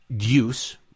use